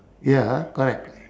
ya correct